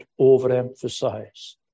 overemphasize